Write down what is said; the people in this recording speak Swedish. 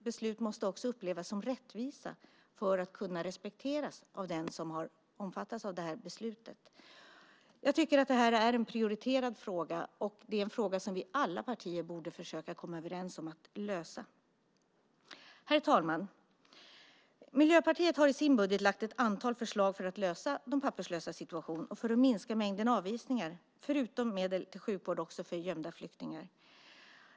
Beslut måste upplevas som rättvisa för att kunna respekteras av den som omfattas av beslutet. Jag tycker att det är en prioriterad fråga, det är en fråga som vi i alla partier borde försöka komma överens om för att lösa. Herr talman! Miljöpartiet har i sin budget lagt fram ett antal förslag för att lösa de papperslösas situation och för att minska mängden avvisningar, förutom medel till sjukvård även för gömda vuxna flyktingar.